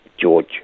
George